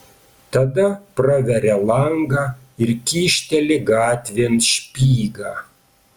tada praveria langą ir kyšteli gatvėn špygą